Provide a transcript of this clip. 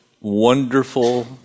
wonderful